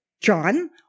John